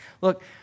look